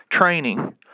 training